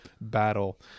battle